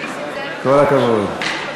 כל הכבוד.